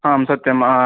हां सत्यम्